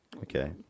Okay